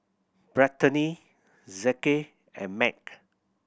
Brittanie Zeke and Mack